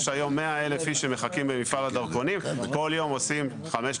יש היום 100,000 איש שמחכים במפעל הדרכונים וכל יום עושים 4,000,